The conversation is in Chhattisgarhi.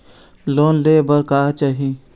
लोन ले बार का चाही?